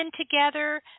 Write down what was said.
together